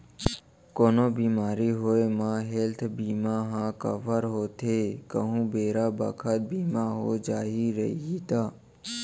कोनो बेमारी होये म हेल्थ बीमा ह कव्हर होथे कहूं बेरा बखत बीमा हो जाही रइही ता